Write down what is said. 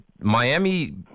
Miami